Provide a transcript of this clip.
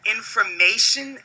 information